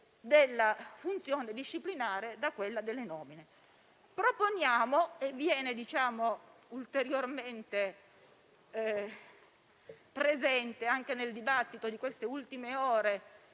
della funzione disciplinare da quella delle nomine; proponiamo - tema sempre più presente nel dibattito di queste ultime ore